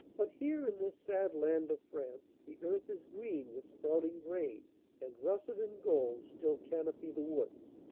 but here in this sad land of france the earth is green with sprouting grain and russet and gold still canopy the woods.